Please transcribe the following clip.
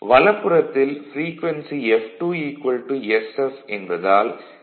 வலப்புறத்தில் frequency f2 sf என்பதால் sE2 என்பதை saE2 sE1 என்று எழுதலாம்